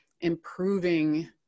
improving